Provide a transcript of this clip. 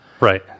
Right